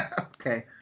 Okay